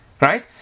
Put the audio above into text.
Right